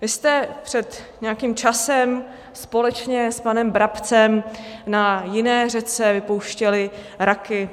Vy jste před nějakým časem společně s panem Brabcem na jiné řece vypouštěli raky.